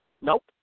Nope